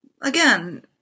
again